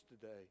today